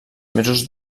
mesos